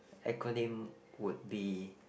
acronym would be